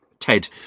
Ted